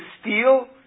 steal